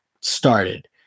started